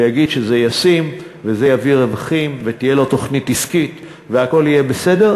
ויגיד שזה ישים וזה יביא רווחים ותהיה לו תוכנית עסקית והכול יהיה בסדר,